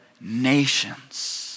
nations